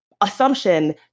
assumption